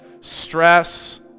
stress